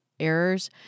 errors